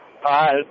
Hi